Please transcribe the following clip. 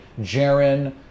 Jaren